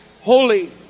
holy